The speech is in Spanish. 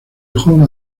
hijo